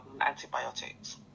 antibiotics